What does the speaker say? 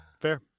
fair